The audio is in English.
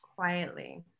quietly